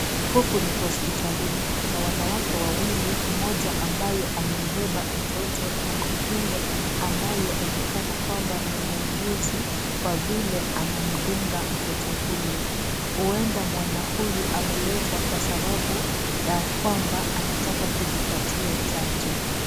Huku ni hospitalini. Kuna wanawake wawili, mmoja ambaye amembeba mtoto na mwingine anayeonekana kwamba ni muuguzi kwa vile anamdunga mtoto huyo. Huenda mwana huyu ameletwa kwa sababu ya kwamba anataka kujipatia chanjo.